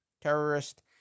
Terrorist